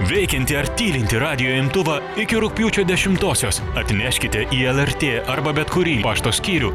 veikiantį ar tylintį radijo imtuvą iki rugpjūčio dešimtosios atneškite į lrt arba bet kurį pašto skyrių